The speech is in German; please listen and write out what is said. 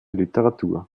literatur